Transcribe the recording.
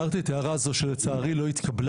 הערתי את ההערה הזו שלצערי לא התקבלה,